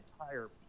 entire